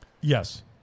yes